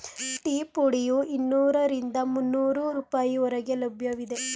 tea ಪುಡಿಯು ಇನ್ನೂರರಿಂದ ಮುನ್ನೋರು ರೂಪಾಯಿ ಹೊರಗೆ ಲಭ್ಯವಿದೆ